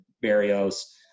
Barrios